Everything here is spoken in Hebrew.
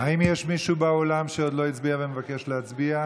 יש מישהו באולם שעוד לא הצביע ומבקש להצביע?